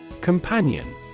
Companion